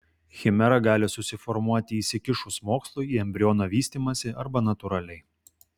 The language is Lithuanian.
chimera gali susiformuoti įsikišus mokslui į embriono vystymąsi arba natūraliai